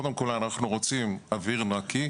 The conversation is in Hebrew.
רוצים אוויר נקי.